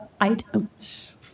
items